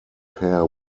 pair